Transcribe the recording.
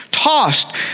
tossed